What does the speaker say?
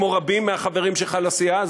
כמו רבים מהחברים שלך לסיעה,